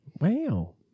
Wow